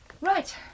Right